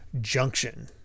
Junction